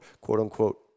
quote-unquote